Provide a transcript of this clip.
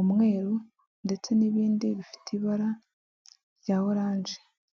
umweru ndetse n'ibindi bifite ibara rya oranje.